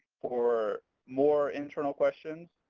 for more internal questions,